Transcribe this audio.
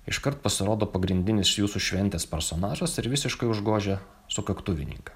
iškart pasirodo pagrindinis jūsų šventės personažas ir visiškai užgožia sukaktuvininką